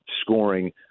scoring